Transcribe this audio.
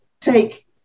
take